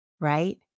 Right